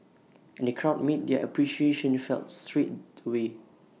and the crowd made their appreciation felt straight away